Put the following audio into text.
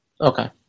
Okay